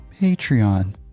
Patreon